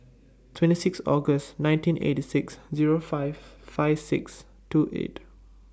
twenty six August nineteen eighty six Zero five five six two eight